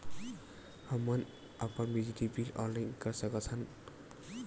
हमन अपन बिजली बिल ऑनलाइन कर सकत हन?